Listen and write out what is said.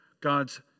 God's